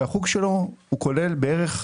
והחוג שלו כולל בערך,